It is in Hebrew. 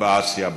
באסיה,